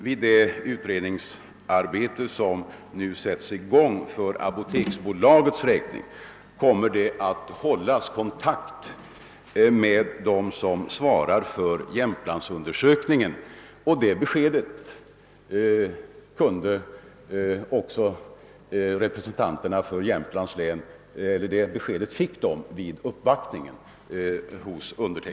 Vid det utredningsarbete som nu sätts i gång för apoteksbolagets räkning kommer det att hållas kontakt med dem som svarar för Jämtlandsundersökningen, och det beskedet fick också representanterna för Jämtlands län vid uppvaktningen hos mig.